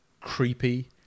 creepy